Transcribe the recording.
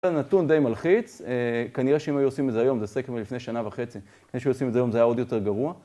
הנתון די מלחיץ, כנראה שאם היו עושים את זה היום, זה סקר מלפני שנה וחצי, אם היו עושים את זה היום זה היה עוד יותר גרוע.